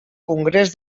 congrés